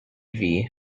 vie